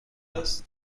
است